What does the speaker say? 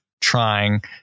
trying